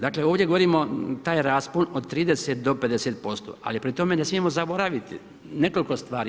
Dakle ovdje govorimo taj raspon od 30 do 50%, ali pri tome ne smijemo zaboraviti nekoliko stvari.